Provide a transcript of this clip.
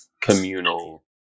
communal